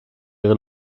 ihre